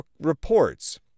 reports